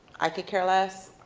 i could care less.